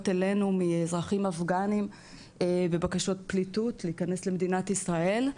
אלינו מאזרחים אפגנים בבקשות פליטות להכנס למדינת ישראל.